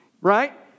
right